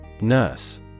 Nurse